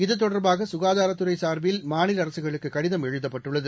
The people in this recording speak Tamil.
இது தொடர்பாகசுகாதாரத்துறைசார்பில் மாநிலஅரசுகளுக்குகடிதம் எழுதப்பட்டுள்ளது